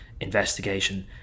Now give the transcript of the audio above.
investigation